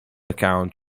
account